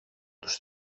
τους